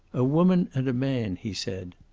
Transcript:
a woman and a man, he said.